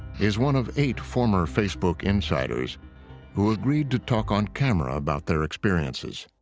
is one of eight former facebook insiders who agreed to talk on camera about their experiences.